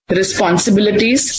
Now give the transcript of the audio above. responsibilities